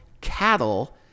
cattle